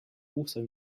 also